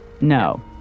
No